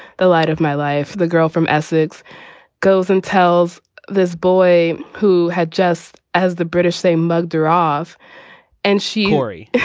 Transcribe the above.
the light of my life, the girl from essex goes and tells this boy who had, just as the british say, mugged her off and she hauri.